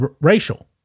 racial